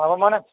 ആ മോനേ